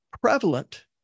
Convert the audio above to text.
prevalent